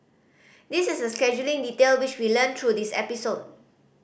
this is a scheduling detail which we learnt through this episode